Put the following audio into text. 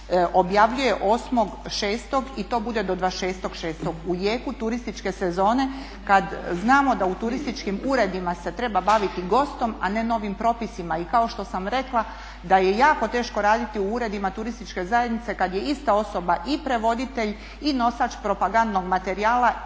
objavljuje 8.6. i to bude do 26.6. u jeku turističke sezone kad znamo da u turističkim uredima se treba baviti gostima, a ne novim propisima. I kao što sam rekla da je jako teško raditi u uredima turističke zajednice kad je ista osoba i prevoditelj i nosač propagandnog materijala